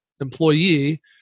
employee